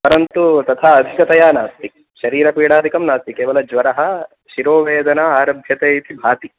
परन्तु तथा अधिकतया नास्ति शरीरपीडादिकं नास्ति केवलज्वरः शिरोवेदना आरभ्यते इति भाति